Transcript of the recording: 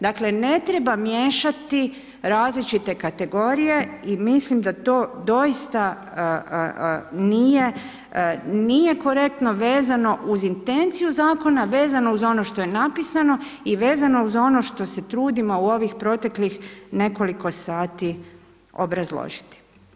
Dakle, ne treba miješati različite kategorije i mislim da to doista nije korektno vezano uz intenciju zakona, vezano uz ono što je napisano i vezano uz ono što se trudimo u ovih proteklih nekoliko sati obrazložiti.